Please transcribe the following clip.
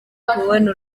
kubona